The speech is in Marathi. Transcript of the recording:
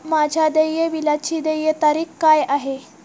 माझ्या देय बिलाची देय तारीख काय आहे?